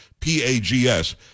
P-A-G-S